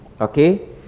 Okay